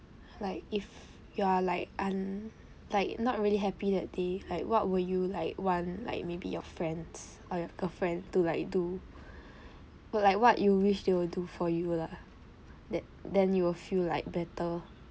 like if you are like un~ like not really happy that day like what will you like want like maybe your friends or your girlfriend to like do like what you wish they would do for you lah that then you will feel like better